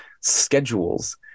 schedules